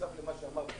בנוסף למה שאמר פרופ'